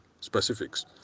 specifics